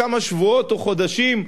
כמה שבועות או חודשים,